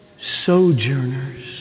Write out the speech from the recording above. sojourners